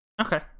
Okay